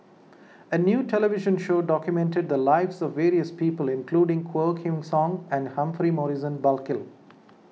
a new television show documented the lives of various people including Quah Kim Song and Humphrey Morrison Burkill